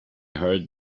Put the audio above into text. heard